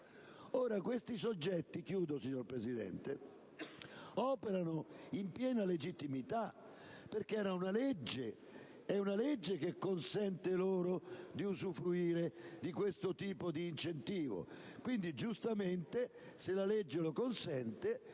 Questi soggetti operano in piena legittimità, perché è una legge che consente loro di usufruire di questo tipo di incentivo. Quindi, giustamente, se la legge lo consente,